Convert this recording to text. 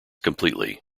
completely